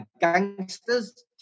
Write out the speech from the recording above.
gangsters